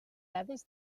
dades